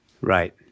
Right